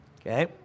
Okay